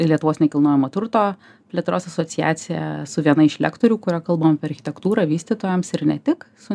lietuvos nekilnojamo turto plėtros asociacija su viena iš lektorių kuria kalbam apie architektūrą vystytojams ir ne tik su